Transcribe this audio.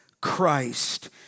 Christ